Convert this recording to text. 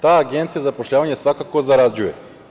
Ta Agencija za zapošljavanje svakako zarađuje.